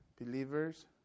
believers